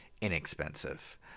inexpensive